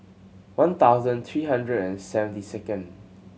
one thousand three hundred and seventy second